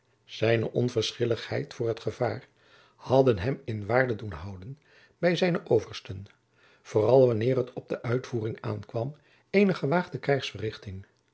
zijne onverschilligheid voor het gevaar hadden hem in waarde doen houden bij zijne oversten vooral wanneer het op de uitvoering aankwam eener gewaagde